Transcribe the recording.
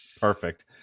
Perfect